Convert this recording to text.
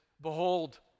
Behold